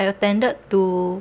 I attended two